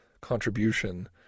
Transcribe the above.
contribution